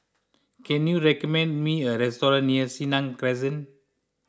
can you recommend me a restaurant near Senang Crescent